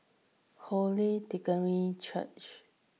Holy Trinity Church